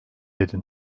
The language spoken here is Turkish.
edin